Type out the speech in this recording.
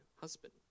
husband